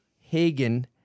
Hagen